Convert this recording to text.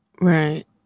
right